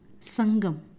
Sangam